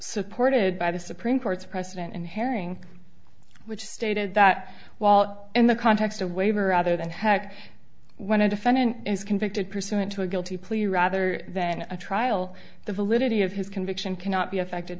supported by the supreme court's precedent in herring which stated that while in the context of a waiver rather than heck when a defendant is convicted pursuant to a guilty plea rather than a trial the validity of his conviction cannot be affected